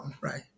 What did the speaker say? right